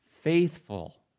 faithful